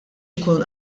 ikun